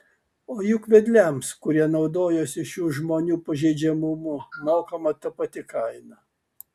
o juk vedliams kurie naudojosi šių žmonių pažeidžiamumu mokama ta pati kaina